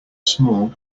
small